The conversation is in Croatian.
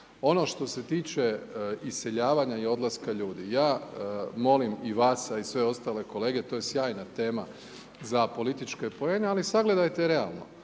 Ono što se tiče iseljavanja i odlaska ljudi, ja molim i vas, a i sve ostale kolege, to je sjajna tema za političke poene, ali sagledajte realno.